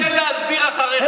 תודה שטעית.